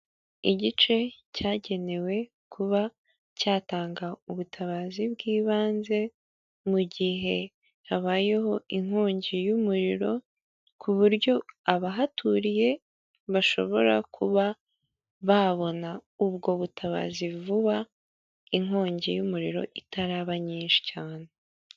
Igice cyagenewe kuba cyatanga ubutabazi bw'ibanze, mu gihe habayeho inkongi y'umuriro, ku buryo abahaturiye bashobora kuba babona ubwo butabazi vuba, inkongi y'umuriro itaraba nyinshi cyane.